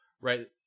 right